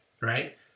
right